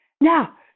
Now